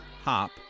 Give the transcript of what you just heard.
Hop